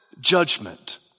judgment